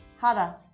Hara